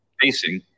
facing